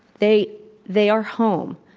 they they are home.